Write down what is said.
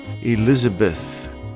Elizabeth